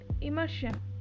Immersion